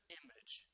image